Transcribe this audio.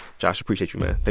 josh, appreciate you, man. but